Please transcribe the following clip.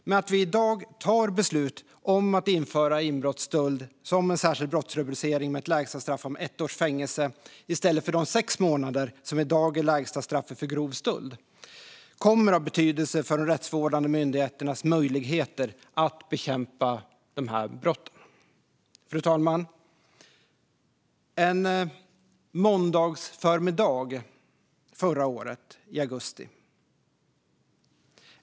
Men att vi i dag fattar beslut om att införa inbrottsstöld som en särskild brottsrubricering med ett lägsta straff om ett års fängelse, i stället för de sex månader som i dag är lägsta straffet för grov stöld, kommer att ha betydelse för de rättsvårdande myndigheternas möjligheter att bekämpa dessa brott. Fru talman! Det var en måndagsförmiddag förra året i augusti.